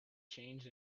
changed